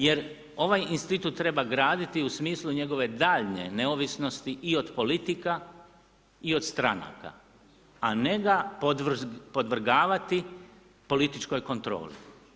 Jer ovaj institut treba graditi u smislu njegove daljnje neovisnosti i od politika i od stranaka a ne ga podvrgavati političkoj kontroli.